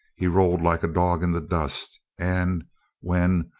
he rolled like a dog in the dust, and when,